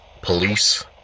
police